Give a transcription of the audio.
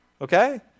Okay